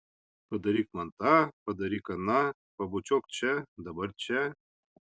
padaryk man tą padaryk aną pabučiuok čia dabar čia